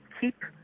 keep